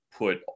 Put